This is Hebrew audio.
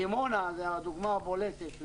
בדימונה יש דוגמה בולטת,